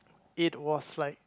it was like